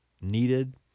needed